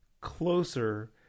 closer